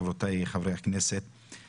חברותיי חברי הכנסת,